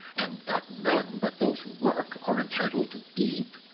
and that none but those who work are entitled to eat?